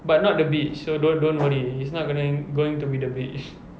but not the beach so don't don't worry it's not gonna going to be the beach